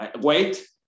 wait